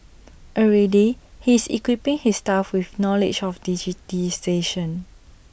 already he is equipping his staff with knowledge of digitisation